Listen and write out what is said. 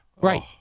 Right